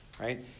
right